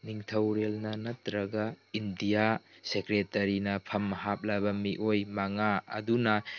ꯅꯤꯡꯊꯧꯔꯦꯜꯅ ꯅꯠꯇ꯭ꯔꯒ ꯏꯟꯗꯤꯌꯥ ꯁꯦꯀ꯭ꯔꯦꯇꯔꯤꯅ ꯐꯝ ꯍꯥꯞꯂꯕ ꯃꯤꯑꯣꯏ ꯃꯉꯥ ꯑꯗꯨꯅ